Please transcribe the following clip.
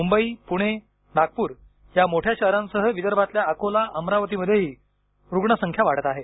मुंबई पुणे नागपूर या मोठ्या शहरांसह विदर्भातल्या अकोला अमरावतीमध्येही रुग्ण संख्या वाढत आहे